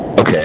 Okay